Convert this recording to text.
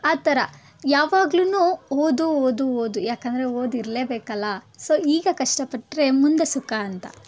ಆ ಥರ ಯಾವಾಗ್ಲೂ ಓದು ಓದು ಓದು ಯಾಕಂದರೆ ಓದಿರಲೇಬೇಕಲ್ಲ ಸೊ ಈಗ ಕಷ್ಟಪಟ್ಟರೆ ಮುಂದೆ ಸುಖ ಅಂತ